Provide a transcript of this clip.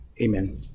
Amen